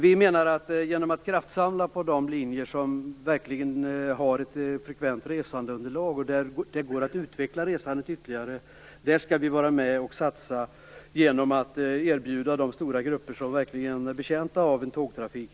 Vi menar att vi skall kraftsamla på de linjer som verkligen har ett frekvent resandeunderlag och där det går att utveckla resandet ytterligare. Där skall vi vara med och satsa genom att erbjuda goda lösningar åt de stora grupper som verkligen är betjänta av tågtrafik.